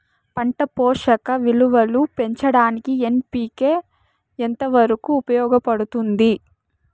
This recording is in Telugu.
పంట పోషక విలువలు పెంచడానికి ఎన్.పి.కె ఎంత వరకు ఉపయోగపడుతుంది